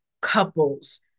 couples